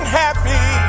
happy